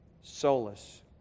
Solus